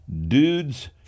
dude's